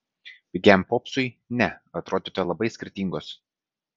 pigiam popsui ne atrodote labai skirtingos